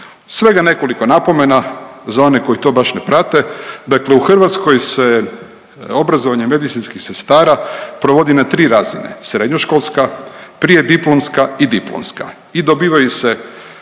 Svega nekoliko napomena za one koji to baš ne prate. Dakle u Hrvatskoj se obrazovanje medicinskih sestara provodi na tri razine, srednjoškolska, prijediplomska i diplomska i dobivaju se